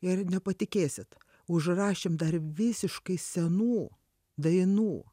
ir nepatikėsit užrašėm dar visiškai senų dainų